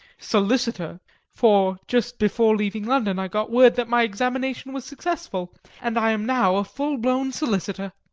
solicitor for just before leaving london i got word that my examination was successful and i am now a full-blown solicitor!